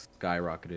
skyrocketed